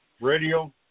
Radio